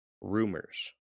rumors